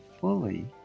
fully